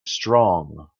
strong